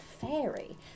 fairy